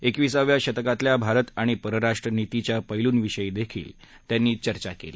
एकविसाव्या शतकातल्या भारत आणि परराष्ट्रनीतीच्या पैलुंविषयीही त्यांनी चर्चा केली